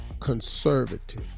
conservative